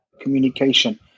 communication